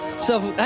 so,